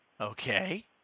Okay